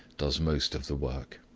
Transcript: does most of the work.